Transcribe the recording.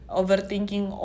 overthinking